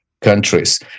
Countries